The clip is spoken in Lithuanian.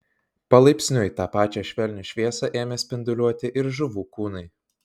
palaipsniui tą pačią švelnią šviesą ėmė spinduliuoti ir žuvų kūnai